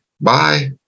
bye